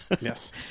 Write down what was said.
Yes